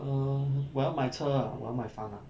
um 我要买车啊我要买房啊